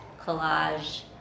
collage